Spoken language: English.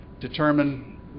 determine